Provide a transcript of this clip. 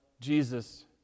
Jesus